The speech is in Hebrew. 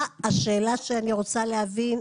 השאלה שאני רוצה להבין,